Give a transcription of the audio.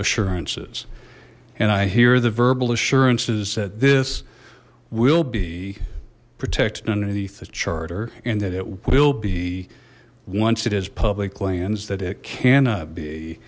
assurances and i hear the verbal assurances that this will be protected underneath the charter and that it will be once it is public lands that it cannot be